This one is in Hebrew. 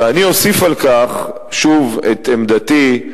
ואני אוסיף על כך שוב את עמדתי.